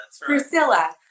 priscilla